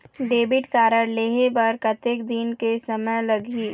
Debit card लेहे बर कतेक दिन के समय लगही?